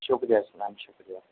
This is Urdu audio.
شکریہ میم شکریہ